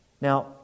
Now